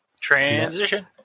Transition